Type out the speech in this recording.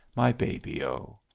my baby o.